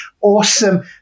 awesome